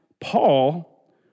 Paul